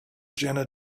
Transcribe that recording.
jena